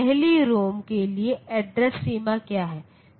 पहली रोम के लिए एड्रेस सीमा क्या है